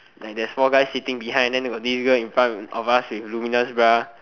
like there's four guys sitting behind then got this girl in front of us with luminous bra